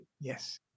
Yes